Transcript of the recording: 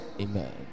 Amen